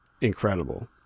incredible